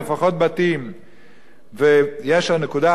הנקודה הכי חשובה לשר החדש להגנת העורף: